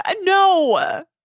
No